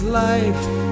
life